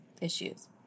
issues